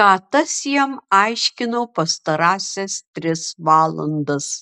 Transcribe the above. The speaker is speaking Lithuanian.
ką tas jam aiškino pastarąsias tris valandas